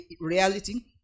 reality